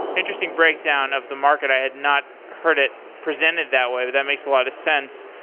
interesting breakdown of the market. i had not heard it presented that way. that makes a lot of sense.